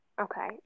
okay